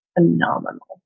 phenomenal